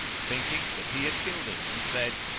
thinking that he had killed him, and said,